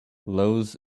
loews